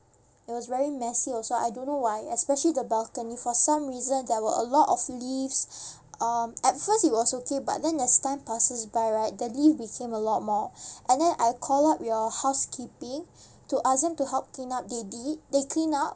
it was very messy also I don't know why especially the balcony for some reason there were a lot of leaves um at first it was okay but then as time passes by right the leaf became a lot more and then I call up your housekeeping to ask them to help clean up the leaf they clean up